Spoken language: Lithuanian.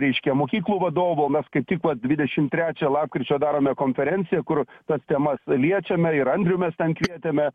reiškia mokyklų vadovų mes kaip tik vat dvidešimt trečią lapkričio darome konferenciją kur tas temas liečiame ir andrių mes ten kvietėme